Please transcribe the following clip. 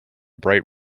bright